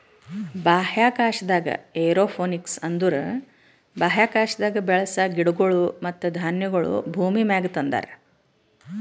ಬಾಹ್ಯಾಕಾಶದಾಗ್ ಏರೋಪೋನಿಕ್ಸ್ ಅಂದುರ್ ಬಾಹ್ಯಾಕಾಶದಾಗ್ ಬೆಳಸ ಗಿಡಗೊಳ್ ಮತ್ತ ಧಾನ್ಯಗೊಳ್ ಭೂಮಿಮ್ಯಾಗ ತಂದಾರ್